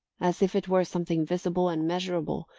as if it were something visible and measurable,